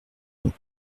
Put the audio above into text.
nous